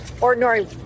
Ordinary